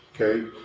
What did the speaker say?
okay